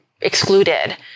excluded